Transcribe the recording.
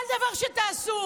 כל דבר שתעשו,